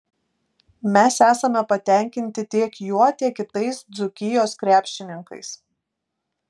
mes esame patenkinti tiek juo tiek kitais dzūkijos krepšininkais